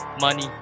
money